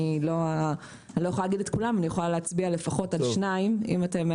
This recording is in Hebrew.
אני לא יכולה להגיד את כולם אבל יכולה להצביע על שניים לפחות.